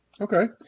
okay